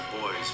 boys